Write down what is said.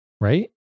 right